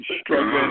struggling